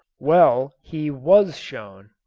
well, he was shown.